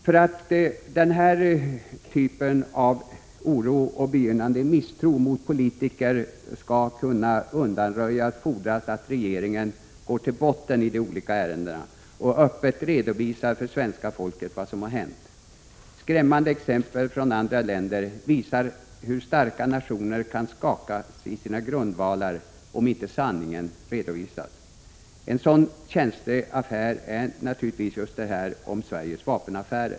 För att denna typ av oro och begynnande misstro mot politiker skall kunna undanröjas fordras att regeringen går till botten i de olika ärendena och öppet redovisar för svenska folket vad som hänt. Skrämmande exempel från andra länder visar hur även starka nationer kan skakas i sina grundvalar om inte sanningen redovisas. En sådan känslig affär är naturligtvis alla turerna kring Sveriges vapenexport.